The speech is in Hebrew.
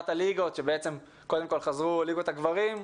הליגות: שקודם כול חזרו ליגות הגברים.